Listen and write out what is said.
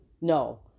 No